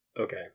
Okay